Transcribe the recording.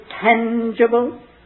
tangible